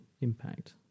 impact